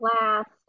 last